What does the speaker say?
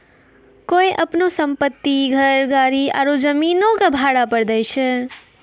कोय अपनो सम्पति, घर, गाड़ी आरु जमीनो के भाड़ा पे दै छै?